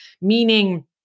meaning